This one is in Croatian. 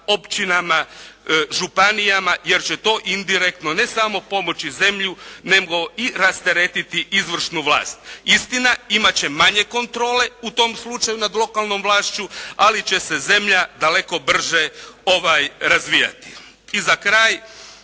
općinama, županijama jer će to indirektno ne samo pomoći zemlju nego i rasteretiti izvršnu vlast. Istina imat će manje kontrole u tom slučaju nad lokalnom vlašću ali će se zemlja daleko brže razvijati. I za kraj,